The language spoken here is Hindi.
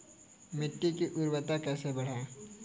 मिट्टी की उर्वरता कैसे बढ़ाएँ?